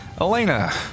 Elena